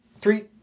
Three